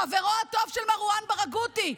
חברו הטוב של מרואן ברגותי,